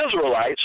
Israelites